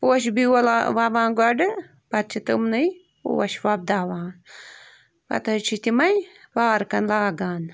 پوشہٕ بیول وَوان گۄڈٕ پتہِ چھِ تٕمنٕے پوش وۄبداوان پتہٕ حظ چھِ تِمَے پارکن لاگان